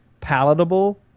palatable